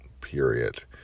Period